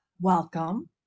welcome